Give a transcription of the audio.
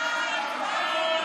סלאמתכ.